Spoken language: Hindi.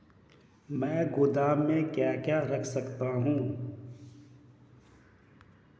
मैं गोदाम में क्या क्या रख सकता हूँ?